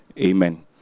Amen